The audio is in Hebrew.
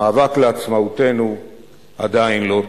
המאבק לעצמאותנו עדיין לא תם.